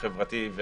החברתי,